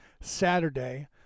Saturday